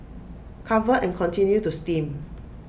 cover and continue to steam